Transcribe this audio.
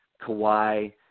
Kawhi